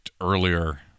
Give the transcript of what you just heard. earlier